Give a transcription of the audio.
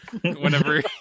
whenever